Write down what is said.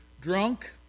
drunk